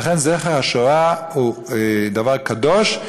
ולכן זכר השואה הוא דבר קדוש,